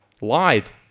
lied